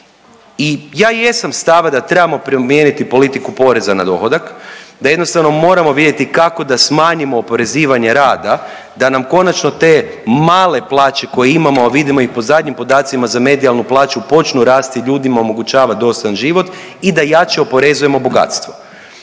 i ja jesam stava da trebamo promijeniti politiku poreza na dohodak, da jednostavno moramo vidjeti kako da smanjimo oporezivanje rada da nam konačno te male plaće vidimo i po zadnjim podacima za medijalnu plaću počnu rasti ljudima omogućava dostojan život i da jače oporezujemo bogatstvo.